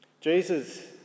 Jesus